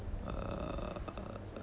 err